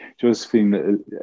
Josephine